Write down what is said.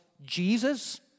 Jesus